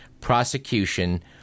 prosecution